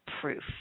proof